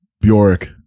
Bjork